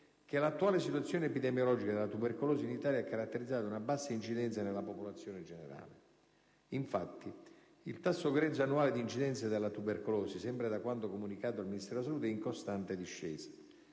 che l'attuale situazione epidemiologica della tubercolosi in Italia è caratterizzata da una bassa incidenza nella popolazione generale. Infatti il tasso grezzo annuale di incidenza della tubercolosi, sempre da quanto comunicato dal Ministero della salute, è in costante discesa: